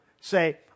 say